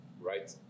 right